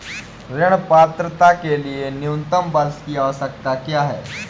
ऋण पात्रता के लिए न्यूनतम वर्ष की आवश्यकता क्या है?